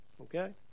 okay